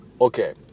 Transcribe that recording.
Okay